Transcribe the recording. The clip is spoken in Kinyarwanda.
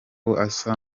asa